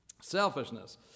Selfishness